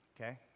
Okay